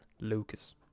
Lucas